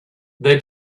they